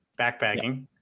backpacking